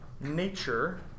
nature